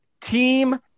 team